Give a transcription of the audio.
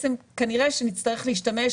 כנראה שנצטרך להשתמש,